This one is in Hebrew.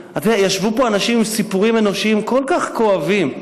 ישבו פה אנשים עם סיפורים אנושיים כל כך כואבים.